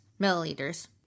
milliliters